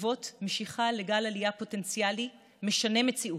להוות משיכה לגל עלייה פוטנציאלי משנה מציאות,